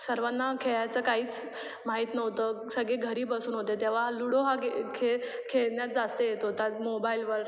सर्वांना खेळायचं काहीच माहीत नव्हतं सगळे घरी बसून होते तेव्हा लूडो हा गे खेळ खेळण्यात जास्त येत होता मोबाइलवर